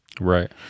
right